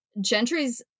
Gentry's